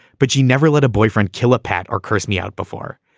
but she never let a boyfriend kill upat or curse me out before.